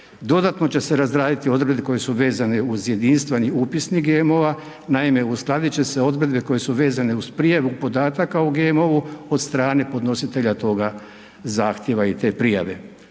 Dodatno će se razraditi odredbe koje su vezane uz jedinstveni upisnik GMO-a, naime, uskladit će se odredbe koje su vezane za prijavu podataka o GMO-u od strane podnositelja toga zahtjeva i te prijave.